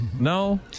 No